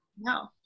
No